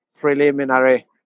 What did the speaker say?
preliminary